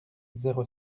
zéro